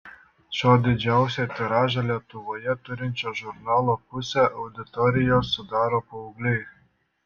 šio didžiausią tiražą lietuvoje turinčio žurnalo pusę auditorijos sudaro paaugliai